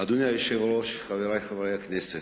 אדוני היושב-ראש, חברי חברי הכנסת,